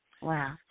Wow